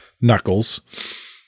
Knuckles